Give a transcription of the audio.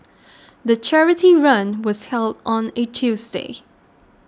the charity run was held on a Tuesday